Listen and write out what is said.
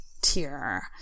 tier